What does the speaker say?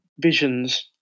visions